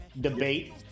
debate